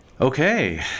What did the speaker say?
okay